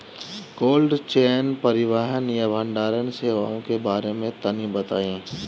Cold chain परिवहन या भंडारण सेवाओं के बारे में तनी बताई?